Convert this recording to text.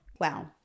Wow